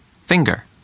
finger